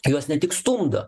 juos ne tik stumdo